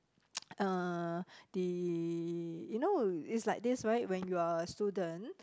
uh they you know it's like this right when you are a student